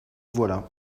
voilà